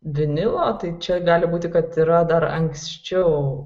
vinilo tai čia gali būti kad yra dar anksčiau